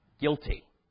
Guilty